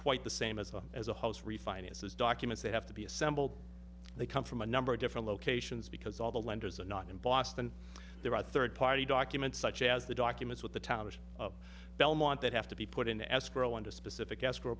quite the same as well as a host refinances documents they have to be assembled they come from a number of different locations because all the lenders are not in boston there are third party documents such as the documents with the town of belmont that have to be put in escrow under specific escrow